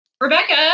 Rebecca